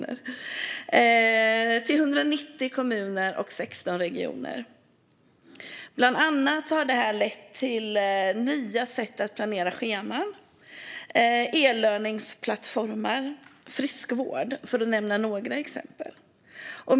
249 miljoner har alltså delats ut till 190 kommuner och 16 regioner. Detta har bland annat lett till nya sätt att planera scheman, till e-learningplattformar och friskvård, för att nämna några exempel.